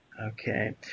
Okay